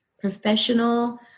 professional